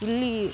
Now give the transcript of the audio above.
ಇಲ್ಲಿ